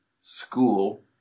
school